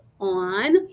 on